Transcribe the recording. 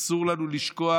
אסור לנו לשכוח